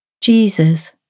Jesus